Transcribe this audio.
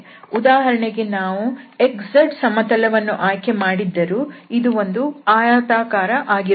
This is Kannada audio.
ಉದಾಹರಣೆಗೆ ನಾವು xz ಸಮತಲವನ್ನು ಆಯ್ಕೆ ಮಾಡಿದ್ದರೂ ಇದು ಒಂದು ಆಯತಾಕಾರ ಆಗಿರುತ್ತಿತ್ತು